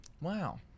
Wow